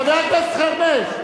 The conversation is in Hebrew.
חבר הכנסת חרמש.